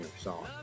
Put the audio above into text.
song